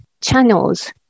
channels